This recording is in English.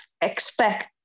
expect